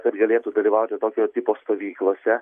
kad galėtų dalyvauti tokio tipo stovyklose